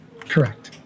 Correct